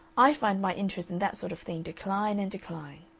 i find my interest in that sort of thing decline and decline.